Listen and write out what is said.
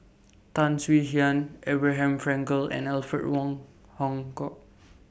Tan Swie Hian Abraham Frankel and Alfred Wong Hong Kwok